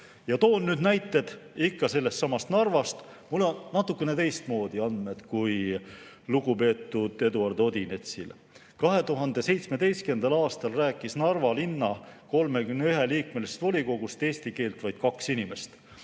Ma toon nüüd näited ikka sellestsamast Narvast. Mul on natukene teistmoodi andmed kui lugupeetud Eduard Odinetsil. 2017. aastal rääkis Narva linna 31‑liikmelisest volikogust eesti keelt vaid kaks inimest.